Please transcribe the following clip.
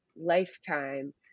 lifetime